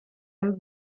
and